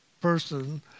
person